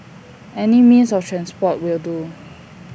any means of transport will do